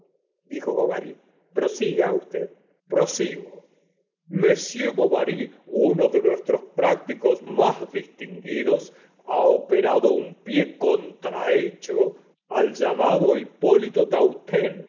dijo bovary prosiga usted prosigo cm bovary uno de nuestros prácticos más distinguidos ha operado un pi contrahecho al llamado hipólito tautain